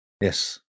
Yes